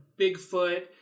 bigfoot